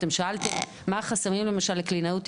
אתם שאלתם מה החסמים למשל לקלינאיות תקשורת,